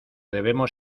debemos